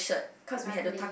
luckily